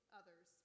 others